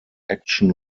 action